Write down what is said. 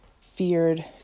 feared